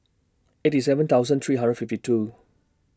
eighty seven thousand three hundred fifty two